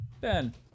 Ben